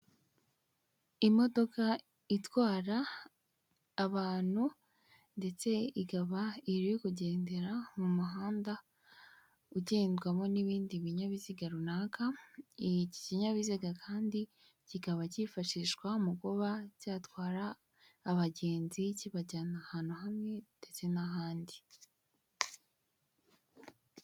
Imodoka itwara abantu ndetse ikaba iri kugendera mu muhanda ugendwamo n'ibindi binyabiziga runaka, iki kinyabiziga kandi kikaba cyifashishwa mu kuba cyatwara abagenzi kibajyana ahantu hamwe ndetse n'ahandi.